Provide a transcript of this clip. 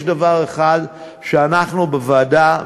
יש דבר אחד שאנחנו בוועדה,